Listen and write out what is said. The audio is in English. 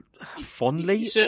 Fondly